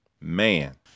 Man